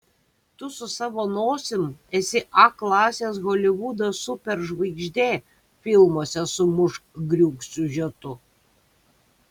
tu su savo nosim esi a klasės holivudo superžvaigždė filmuose su mušk griūk siužetu